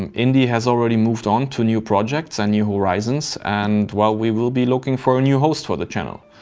and indy has already moved on to new projects and new horizons. and while we will be looking for a new host for the channel,